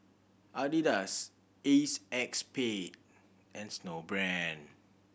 Adidas Acexspade and Snowbrand